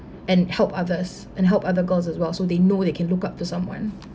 and help others and help other girls as well so they know they can look up to someone